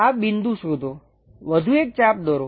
આ બિંદુ શોધો વધુ એક ચાપ દોરો